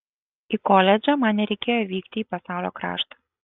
į koledžą man nereikėjo vykti į pasaulio kraštą